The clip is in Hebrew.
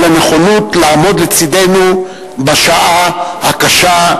על הנכונות לעמוד לצדנו בשעה הקשה,